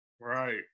Right